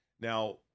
Now